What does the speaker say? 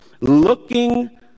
looking